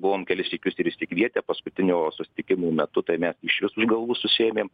buvom kelis sykius ir išsikvietę paskutinių susitikimų metu tai mes išvis už galvų susiėmėm